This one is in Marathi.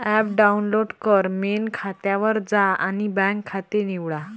ॲप डाउनलोड कर, मेन खात्यावर जा आणि बँक खाते निवडा